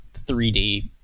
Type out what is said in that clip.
3D